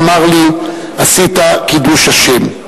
ואמר לי: עשית קידוש השם.